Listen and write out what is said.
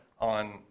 on